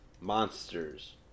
Monsters